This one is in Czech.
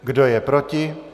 Kdo je proti?